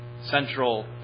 central